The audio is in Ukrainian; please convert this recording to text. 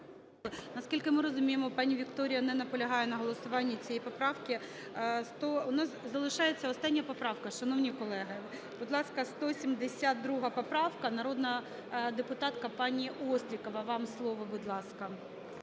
Наскільки ми розуміємо, пані Вікторія не наполягає на голосуванні цієї поправки. В нас залишається остання поправка, шановні колеги. Будь ласка, 172 поправка. Народна депутатка пані Острікова, вам слово, будь ласка.